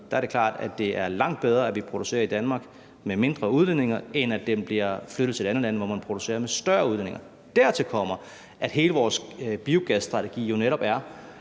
er det klart at det er langt bedre, at vi producerer i Danmark med mindre udledninger, end at det bliver flyttet til et andet land, hvor man producerer med større udledninger. Dertil kommer, at hele vores biogasstrategi jo netop er,